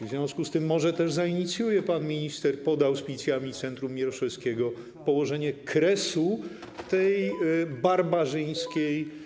W związku z tym może też zainicjuje pan minister pod auspicjami centrum Mieroszewskiego położenie kresu tej barbarzyńskiej.